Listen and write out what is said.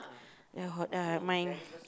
the ah mine